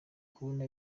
kubona